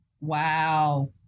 Wow